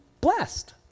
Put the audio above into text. blessed